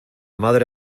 madre